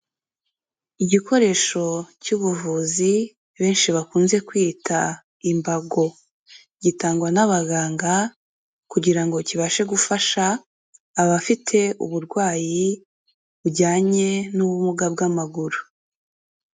Igikoresho cy'ubuvuzi benshi bakunze kwita imbago. Gitangwa n'abaganga kugira ngo kibashe gufasha abafite uburwayi bujyanye n'ubumuga bw'amaguru.